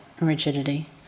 rigidity